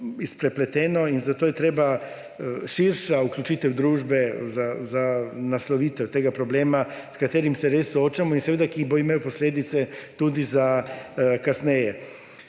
prepleteno in zato je potrebna širša vključitev družbe za naslovitev tega problema, s katerim se res soočamo in ki bo imel posledice tudi za kasneje.